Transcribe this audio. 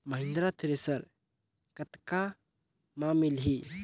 Mahindra thresher कतका म मिलही?